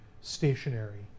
stationary